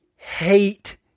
Hate